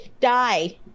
Die